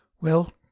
Well